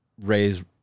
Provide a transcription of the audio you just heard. raise